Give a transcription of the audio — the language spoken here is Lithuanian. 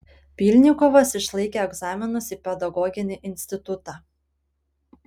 pylnikovas išlaikė egzaminus į pedagoginį institutą